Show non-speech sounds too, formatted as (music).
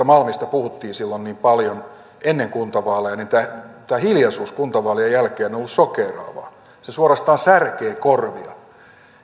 (unintelligible) malmista puhuttiin silloin niin paljon ennen kuntavaaleja niin tämä tämä hiljaisuus kuntavaalien jälkeen on ollut shokeeraavaa se suorastaan särkee korvia